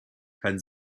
kein